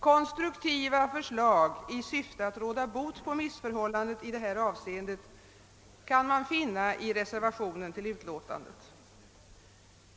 Konstruktiva förslag i syfte att råda bot på missförhållandet i detta avseende framläggs i reservationen till utskottsutlåtandet.